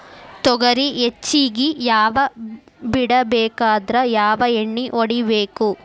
ತೊಗರಿ ಹೆಚ್ಚಿಗಿ ಹೂವ ಬಿಡಬೇಕಾದ್ರ ಯಾವ ಎಣ್ಣಿ ಹೊಡಿಬೇಕು?